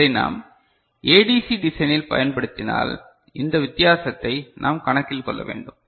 இதை நாம் ஏடிசி டிசைனில் பயன்படுத்தினால் இந்த வித்தியாசத்தை நாம் கணக்கில் கொள்ள வேண்டும்